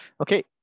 Okay